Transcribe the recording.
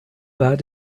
weit